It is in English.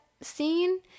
scene